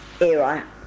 era